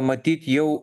matyt jau